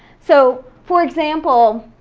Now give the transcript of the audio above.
so, for example,